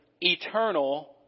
eternal